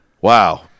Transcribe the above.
Wow